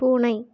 பூனை